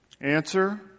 Answer